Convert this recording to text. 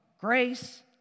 grace